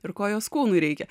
ir ko jos kūnui reikia